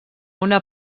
una